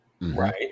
Right